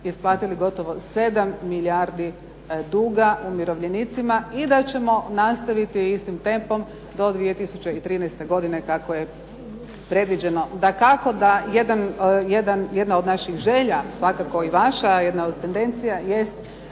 isplatili 7 milijardi duga umirovljenicima i da ćemo nastaviti istim tempom do 2013. godine kako je predviđeno. Dakako da je jedna od naših želja, svakako i vaša jedna od tendencija